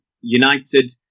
United